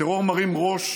הטרור מרים ראש,